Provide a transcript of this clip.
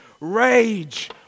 Rage